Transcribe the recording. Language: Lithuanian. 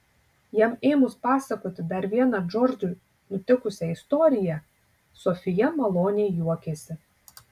jam ėmus pasakoti dar vieną džordžui nutikusią istoriją sofija maloniai juokėsi